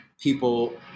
people